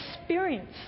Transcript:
experience